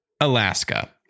Alaska